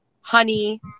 honey